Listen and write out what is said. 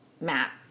Matt